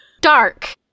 Dark